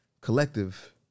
collective